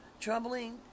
Troubling